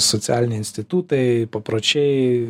socialiniai institutai papročiai